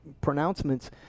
pronouncements